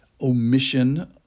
omission